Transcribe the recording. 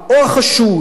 או החשוד,